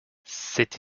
cette